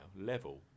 level